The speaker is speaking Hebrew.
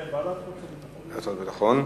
כן, ועדת חוץ וביטחון.